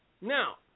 now